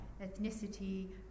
ethnicity